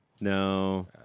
No